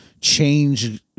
change